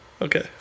Okay